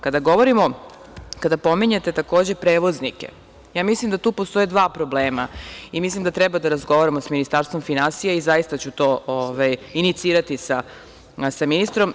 Kada pominjete, takođe, prevoznike, mislim da tu postoje dva problema i mislim da treba da razgovaramo sa Ministarstvom finansija i zaista ću to inicirati sa ministrom.